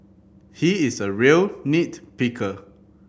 he is a real nit picker